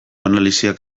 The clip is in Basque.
analisiak